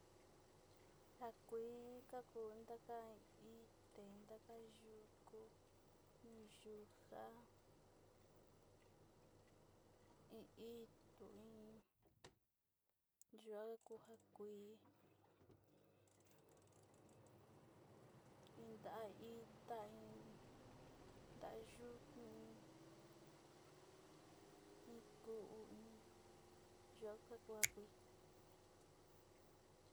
Nja kuí njakondata ité undate yuko'o, nuu yunja intui kutu ini njaku kuii inda ita iin tayuu kuii iin kui yaka ka'a kuí.